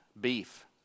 beef